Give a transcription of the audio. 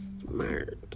smart